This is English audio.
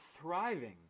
thriving